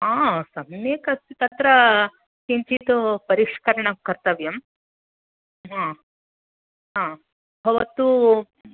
सम्यक् अस्ति तत्र किञ्चित् परिष्करणं कर्तव्यम् आम् आम् भवतु